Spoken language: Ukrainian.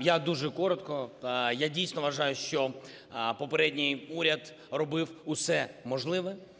Я дуже коротко. Я, дійсно, вважаю, що попередній уряд робив усе можливе,